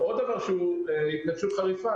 עוד דבר שהוא התנגשות חריפה,